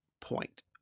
point